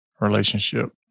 relationship